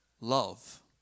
love